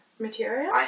material